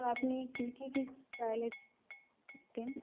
আপনি কি কি স্টাইলের চুল কাটেন